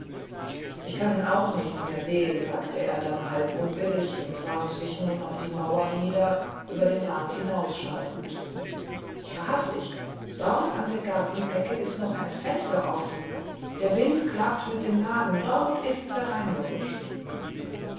ich kann auch nichts mehr sehen sagte er dann halb unwillig und warf sich nun auf die mauer nieder über den rand hinausschauend wahrhaftig dort an der gartenecke ist noch ein fenster offen der wind klappt mit den laden dort ist's